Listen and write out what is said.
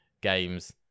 games